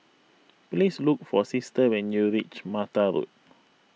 please look for Sister when you reach Mata Road